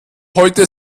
heute